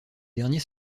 derniers